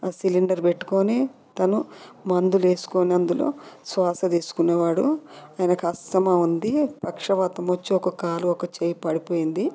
cylinder పెట్టుకొని తను మందులు వేసుకొని అందులో శ్వాస తీసుకునేవాడు ఆయనకు అస్తమా ఉంది పక్షవాతం వచ్చి ఒక కాలు ఒక చేయి పడిపోయింది